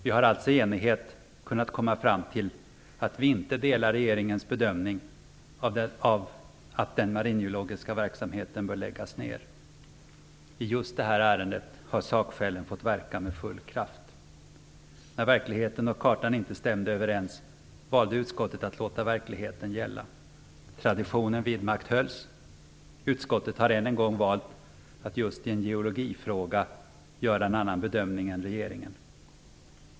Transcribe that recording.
Vi har alltså i enighet kunnat komma fram till att vi inte delar regeringens bedömning att den maringeologiska verksamheten bör läggas ned. I just detta ärende har sakskälen fått verka med full kraft. När verkligheten och kartan inte stämde överens valde utskottet att låta verkligheten gälla. Traditionen vidmakthölls. Utskottet har än en gång valt att just i en geologifråga göra en annan bedömning än regeringen.